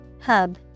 Hub